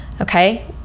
Okay